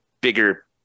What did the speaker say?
bigger